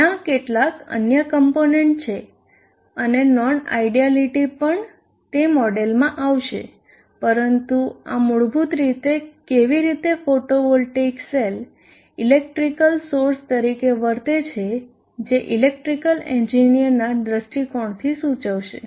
ત્યાં કેટલાક અન્ય કોમ્પોનન્ટ છે અને નોન આઇડયાલીટી પણ તે મોડેલમાં આવશે પરંતુ આ મૂળરૂપે કેવી રીતે ફોટોવોલ્ટેઇક સેલ ઇલેક્ટ્રિકલ સોર્સ તરીકે વર્તે છે જે ઇલેક્ટ્રિકલ એન્જીનીયરના દૃષ્ટિકોણથી સૂચવશે